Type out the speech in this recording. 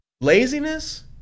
Laziness